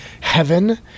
heaven